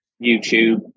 YouTube